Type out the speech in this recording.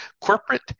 Corporate